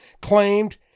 claimed